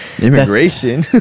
immigration